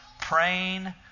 praying